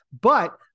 But-